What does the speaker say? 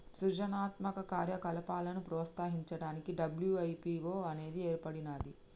సృజనాత్మక కార్యకలాపాలను ప్రోత్సహించడానికి డబ్ల్యూ.ఐ.పీ.వో అనేది ఏర్పడినాది